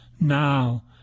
now